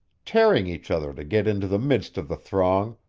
tearing each other to get into the midst of the throng,